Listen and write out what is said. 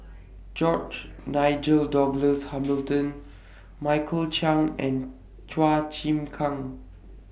George Nigel Douglas Hamilton Michael Chiang and Chua Chim Kang